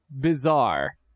bizarre